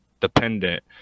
dependent